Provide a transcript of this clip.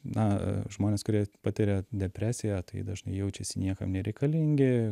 na žmonės kurie patiria depresiją tai dažnai jaučiasi niekam nereikalingi